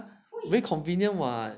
very convenient [what]